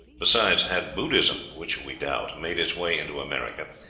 besides, had buddhism, which we doubt, made its way into america,